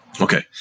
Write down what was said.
okay